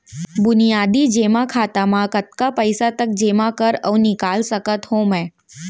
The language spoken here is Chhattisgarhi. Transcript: बुनियादी जेमा खाता म कतना पइसा तक जेमा कर अऊ निकाल सकत हो मैं?